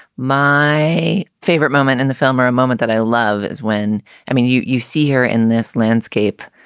my favorite moment in the film are a moment that i love is when i mean, you you see here in this landscape,